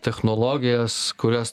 technologijas kurias